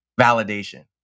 validation